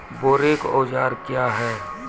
बोरेक औजार क्या हैं?